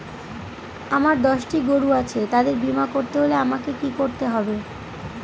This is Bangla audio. আমার দশটি গরু আছে তাদের বীমা করতে হলে আমাকে কি করতে হবে?